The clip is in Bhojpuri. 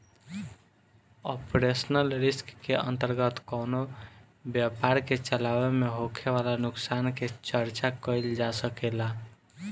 ऑपरेशनल रिस्क के अंतर्गत कवनो व्यपार के चलावे में होखे वाला नुकसान के चर्चा कईल जा सकेला